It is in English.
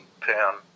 pound